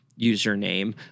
username